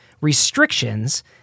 restrictions